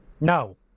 No